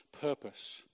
purpose